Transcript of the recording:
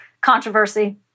controversy